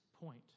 point